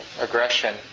aggression